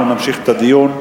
אנחנו נמשיך את הדיון.